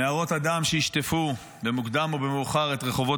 נהרות הדם שישטפו במוקדם או במאוחר את רחובות